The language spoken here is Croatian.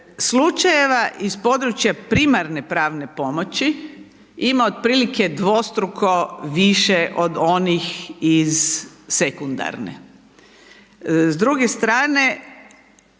slučajeva iz područja primarne pravne pomoći ima otprilike dvostruko više od onih iz sekundarne. S druge strane